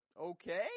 okay